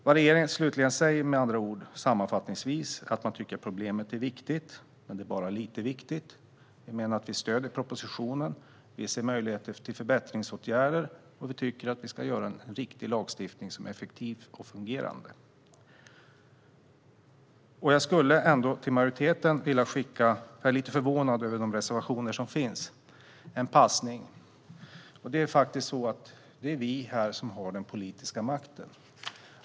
Vad regeringen slutligen säger är sammanfattningsvis att man tycker att problemet är viktigt, men bara lite viktigt. Vi stöder propositionen, men vi ser möjligheter till förbättringsåtgärder. Vi tycker att vi ska göra en riktig lagstiftning som är effektiv och fungerande. Jag är lite förvånad över de reservationer som finns och skulle vilja skicka en passning. Det är vi här som har den politiska makten.